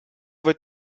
wird